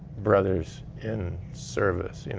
brothers in service.